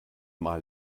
mal